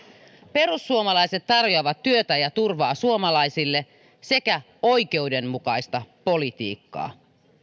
perussuomalaiset tarjoavat suomalaisille työtä ja turvaa sekä oikeudenmukaista politiikkaa